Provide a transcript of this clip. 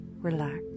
relax